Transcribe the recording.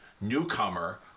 newcomer